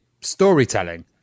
storytelling